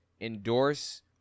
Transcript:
endorse